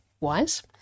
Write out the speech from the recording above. wise